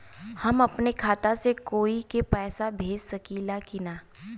हम अपने खाता से कोई के पैसा भेज सकी ला की ना?